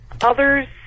others